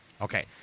Okay